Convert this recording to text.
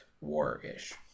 war-ish